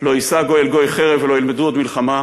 לא ישא גוי אל גוי חרב ולא ילמדו עוד מלחמה".